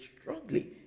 strongly